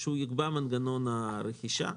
שיקבע את מנגנון הרכישה.